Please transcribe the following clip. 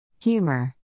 Humor